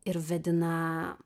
ir vedina